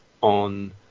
on